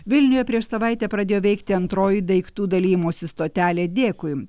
vilniuje prieš savaitę pradėjo veikti antroji daiktų dalijimosi stotelė dėkui